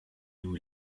nous